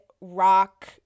rock